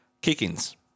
kick-ins